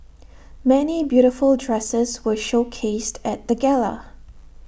many beautiful dresses were showcased at the gala